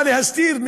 מה להסתיר,